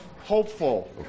hopeful